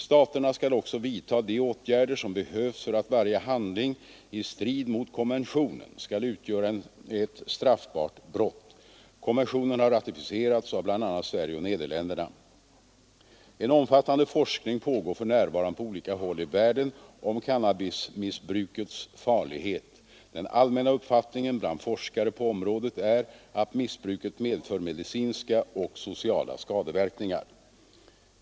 Staterna skall också vidta de åtgärder som behövs för att varje handling i strid mot konventionen skall utgöra ett straffbart brott. Konventionen har ratificerats av bl.a. Sverige och Nederländerna. En omfattande forskning pågår för närvarande på olika håll i världen om cannabismissbrukets farlighet. Den allmänna uppfattningen bland forskare på området är att missbruket medför medicinska och sociala skadeverkningar.